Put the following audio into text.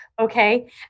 okay